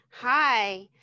Hi